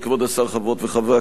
חברות וחברי הכנסת,